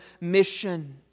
mission